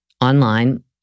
online